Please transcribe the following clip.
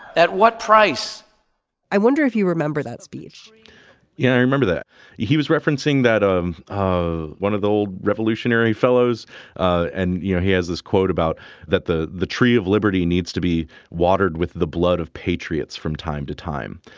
at what price i wonder if you remember that speech yeah i remember that he was referencing that. um one of the old revolutionary fellows and you know he has this quote about that the the tree of liberty needs to be watered with the blood of patriots from time to time.